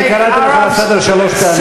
אני קראתי אותך לסדר שלוש פעמים.